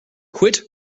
quit